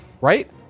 Right